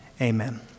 amen